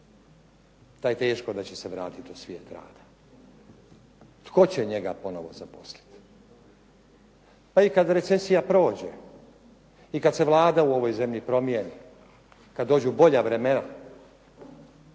taj teško da će se vratiti u svijet rada. Tko će njega ponovo zaposliti? Pa i kada recesija prođe i kada se Vlada u ovoj zemlji promijeni, kada dođu bolja vremena